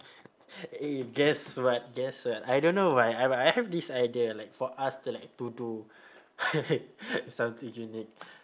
eh guess what guess what I don't know why I but I have this idea like for us to like to do something unique